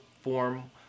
form